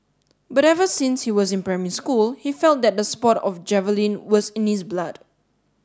but ever since he was in primary school he felt that the sport of javelin was in his blood